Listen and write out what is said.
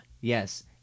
Yes